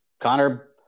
Connor